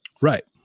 Right